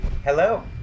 Hello